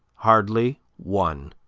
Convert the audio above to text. hardly one.